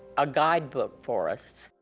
a guidebook for us.